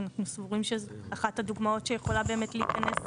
אנחנו סבורים שאחת הדוגמאות שיכולה להיכנס